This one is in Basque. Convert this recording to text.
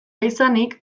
izanik